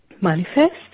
manifest